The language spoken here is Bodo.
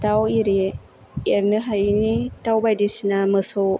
दाउ एरि एरनो हायैनि दाउ बायदिसिना मोसौ